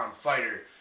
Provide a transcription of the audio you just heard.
fighter